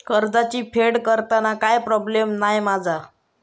कर्जाची फेड करताना काय प्रोब्लेम नाय मा जा?